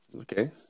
Okay